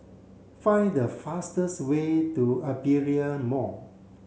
find the fastest way to Aperia Mall